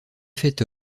faite